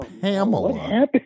Pamela